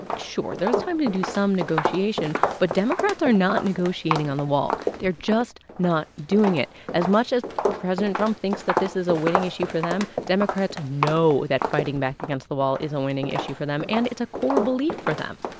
sure, there's time to do some negotiation, but democrats are not negotiating on the wall. they're just not doing it. as much as president trump thinks that this is a winning issue for them, democrats know that fighting back against the wall is a winning issue for them, and it's a core belief for them